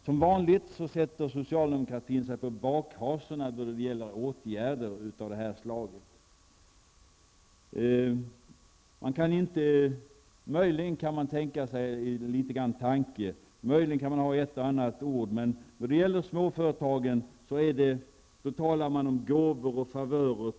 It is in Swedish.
Som vanligt sätter sig socialdemokraterna på bakhasorna när det gäller åtgärder av det här slaget. Möjligen kan de säga ett och annat ord. Men när det gäller småföretagen talar de om gåvor och favörer.